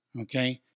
Okay